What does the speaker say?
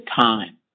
time